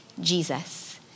Jesus